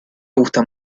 gusta